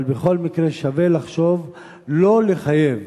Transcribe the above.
אבל בכל מקרה, שווה לחשוב לא לחייב